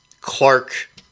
Clark